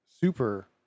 super